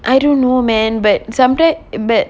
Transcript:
I don't know man but some time but